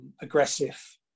aggressive